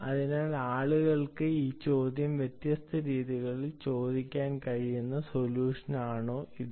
അതിനാൽ ആളുകൾക്ക് ഈ ചോദ്യം വ്യത്യസ്ത രീതികളിൽ ചോദിക്കാൻ കഴിയുന്ന സൊല്യൂഷൻ ആണോ ഇത്